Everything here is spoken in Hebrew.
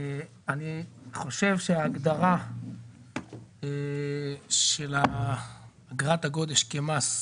אני חושב שההגדרה של אגרת הגודש כמס,